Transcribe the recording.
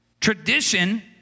Tradition